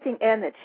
energy